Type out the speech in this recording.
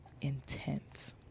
intent